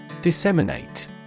Disseminate